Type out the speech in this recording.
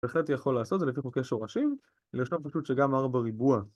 בהחלט יכול לעשות זה לפי חוקי שורשים, לשלב פשוט שגם R בריבוע